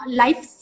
life